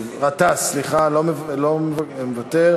גטָאס, סליחה מוותר.